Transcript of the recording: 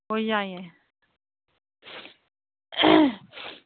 ꯍꯣꯏ ꯌꯥꯏꯌꯦ